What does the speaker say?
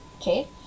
Okay